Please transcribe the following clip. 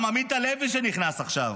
גם עמית הלוי שנכנס עכשיו.